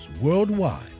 worldwide